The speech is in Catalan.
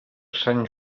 sant